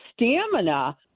stamina